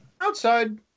Outside